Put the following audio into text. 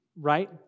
right